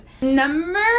Number